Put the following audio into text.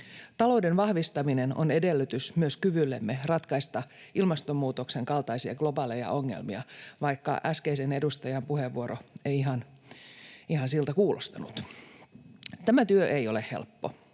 Talouden vahvistaminen on edellytys myös kyvyllemme ratkaista ilmastonmuutoksen kaltaisia globaaleja ongelmia, vaikka äskeisen edustajan puheenvuoro ei ihan siltä kuulostanut. Tämä työ ei ole helppo.